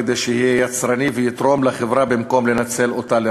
כדי שיהיה יצרני ויתרום לחברה במקום לנצל אותה לרעה.